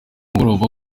mugoroba